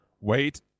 wait